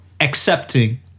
accepting